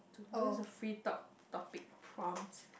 to the free talk topic prompts